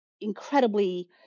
incredibly